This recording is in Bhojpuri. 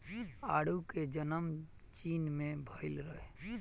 आडू के जनम चीन में भइल रहे